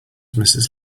mrs